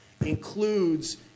includes